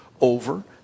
over